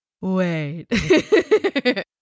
wait